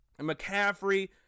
McCaffrey